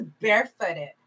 barefooted